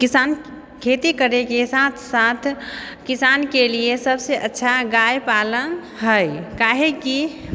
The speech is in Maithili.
किसान खेती करैके साथ साथ किसानके लिए सबसँ अच्छा गाय पालन हैय काहेकि